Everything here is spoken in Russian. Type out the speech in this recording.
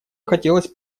хотелось